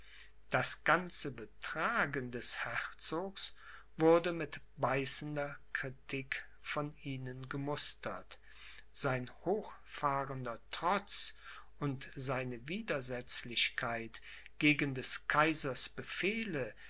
das ganze betragen des herzogs wurde mit beißender kritik von ihnen gemustert sein hochfahrender trotz und seine widersetzlichkeit gegen des kaisers befehle